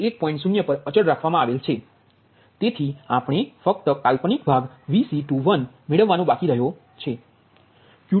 0 પર અચલ રાખવામાં આવેલ છે તેથી આપણે ફક્ત કાલ્પનિક ભાગ Vc21 મેળવવાનો બાકી રહયો છે